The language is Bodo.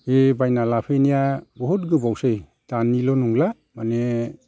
बे बायना लाफैनाया बहुद गोबावसै दानिल' नंला माने